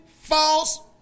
false